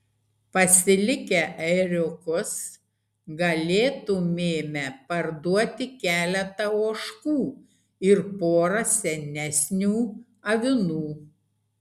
pasilikę ėriukus galėtumėme parduoti keletą ožkų ir porą senesnių avinų